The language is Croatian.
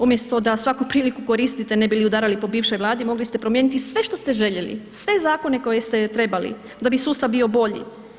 Umjesto da svaku priliku koristite ne bili udarali po bivšoj Vladi, mogli ste promijeniti sve što ste željeli, sve zakone koje ste trebali da bi sustav bio bolji.